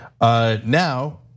Now